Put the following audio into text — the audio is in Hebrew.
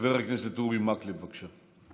חבר הכנסת אורי מקלב, בבקשה.